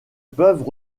peuvent